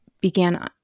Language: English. began